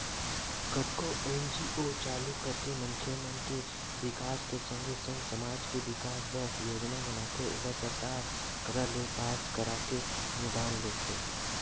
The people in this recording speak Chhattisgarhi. कतको एन.जी.ओ चालू करके मनखे मन के बिकास के संगे संग समाज के बिकास बर योजना बनाथे ओला सरकार करा ले पास कराके अनुदान लेथे